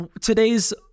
today's